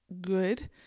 good